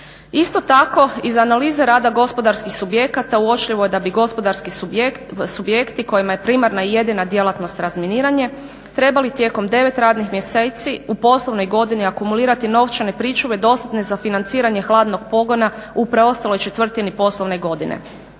Isto tako, iz analize rada gospodarskih subjekata uočljivo je da bi gospodarskih subjekti kojima je primarna i jedina djelatnost razminiranje trebali tijekom 9 radnih mjeseci u poslovnoj godini akumulirati novčane pričuve dostatne za financiranje hladnog pogona u preostaloj četvrtini poslovne godine.